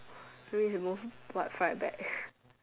ready to move what fried back